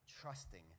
trusting